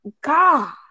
God